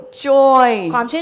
joy